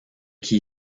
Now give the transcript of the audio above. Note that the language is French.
qui